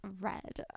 red